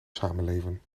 samenleven